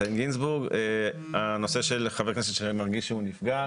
גינזבורג בנושא של חבר מועצה שמרגיש שהוא נפגע.